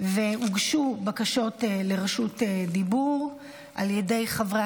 והוגשו בקשות לרשות דיבור על ידי חברי